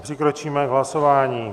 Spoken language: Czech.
Přikročíme k hlasování.